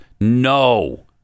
no